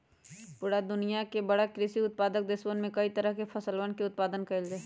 पूरा दुनिया के बड़ा कृषि उत्पादक देशवन में कई तरह के फसलवन के उत्पादन कइल जाहई